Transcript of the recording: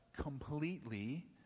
completely